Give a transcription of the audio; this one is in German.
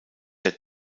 der